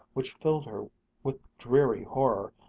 which filled her with dreary horror,